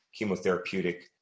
chemotherapeutic